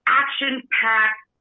action-packed